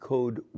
Code